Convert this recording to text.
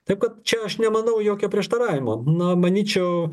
tai kad čia aš nemanau jokio prieštaravimo na manyčiau